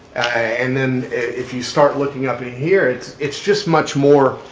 and then if you start looking up in here, it's it's just much more.